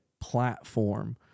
platform